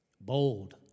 Bold